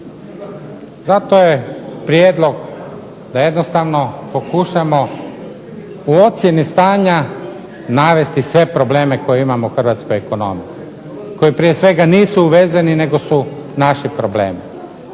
Zato je prijedlog da jednostavno pokušamo u ocjeni stanja navesti sve probleme koje imamo u hrvatskoj ekonomiji, koji prije svega nisu uvezeni, nego su naši problemi,